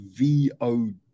VOD